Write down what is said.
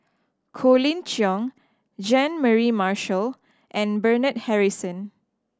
Colin Cheong Jean Mary Marshall and Bernard Harrison